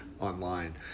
online